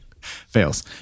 fails